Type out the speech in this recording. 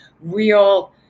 real